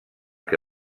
que